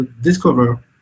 discover